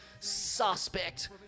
suspect